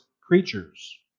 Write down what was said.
creatures